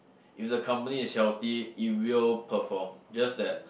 if the company is healthy it will perform just that